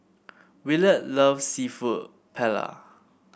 Willard loves seafood Paella